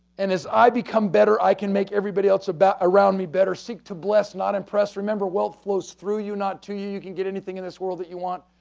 and as i become better, i can make everybody else around me better seek to bless not impressed remember wealth flows through you not to you, you can get anything in this world that you want.